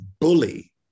bully